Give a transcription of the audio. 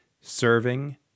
serving